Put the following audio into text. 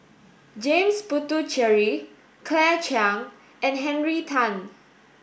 James Puthucheary Claire Chiang and Henry Tan